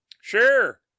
Sure